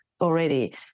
already